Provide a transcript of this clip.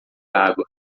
água